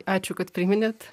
ačiū kad priminėt